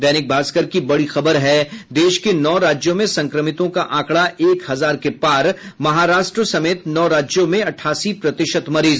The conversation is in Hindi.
दैनिक भास्कर की बड़ी खबर है देश के नौ राज्यों में संक्रमितों का आंकड़ा एक हजार के पार महाराष्ट्र समेत नौ राज्यों में अठासी प्रतिशत मरीज